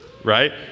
right